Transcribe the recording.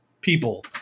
people